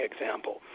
example